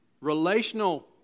relational